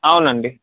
అవునండి